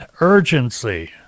urgency